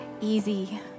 easy